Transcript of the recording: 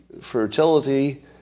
fertility